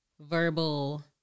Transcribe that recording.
verbal